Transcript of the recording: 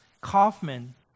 Kaufman